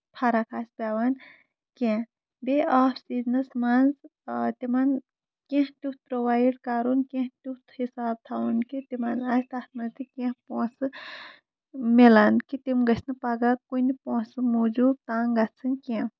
فرق آسہِ پیٚوان کیٚنٛہہ بیٚیہِ آف سیٖزنَس منٛز تِمن کیٚنٛہہ توٗتھ پروایڈ کرُن کیٚنٛہہ تیُتھ حِساب تھاوُن کہِ تِمن اَسہِ تَتھ منٛز تہِ کیٚنٛہہ پونٛسہٕ مِلان کہِ تِم گٔژھۍ نہٕ پَگہہ کُنہِ پونٛسہٕ موٗجوٗب تَنگ گژھِنۍ کیٚںٛہہ